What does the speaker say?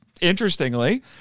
interestingly